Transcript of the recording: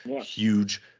huge